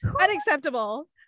unacceptable